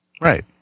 Right